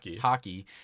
Hockey